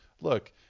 look